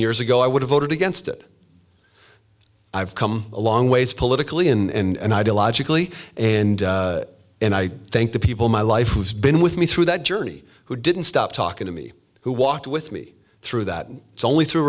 years ago i would have voted against it i've come a long ways politically in ideologically and and i think the people my life has been with me through that journey who didn't stop talking to me who walked with me through that it's only through